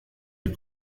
les